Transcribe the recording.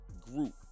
Group